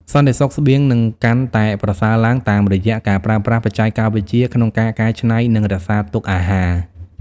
សន្តិសុខស្បៀងនឹងកាន់តែប្រសើរឡើងតាមរយៈការប្រើប្រាស់បច្ចេកវិទ្យាក្នុងការកែច្នៃ និងរក្សាទុកអាហារ។